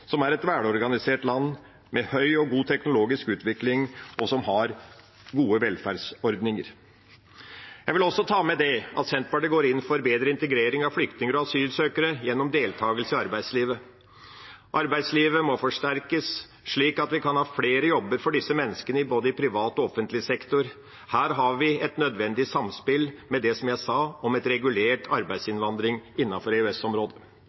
som er et velorganisert land med høy og god teknologisk utvikling og gode velferdsordninger. Jeg vil også ta med at Senterpartiet går inn for bedre integrering av flyktninger og asylsøkere gjennom deltakelse i arbeidslivet. Arbeidslivet må forsterkes slik at vi kan ha flere jobber for disse menneskene i både privat og offentlig sektor. Her er det et nødvendig samspill med det jeg sa om regulert